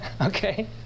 Okay